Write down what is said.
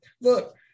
look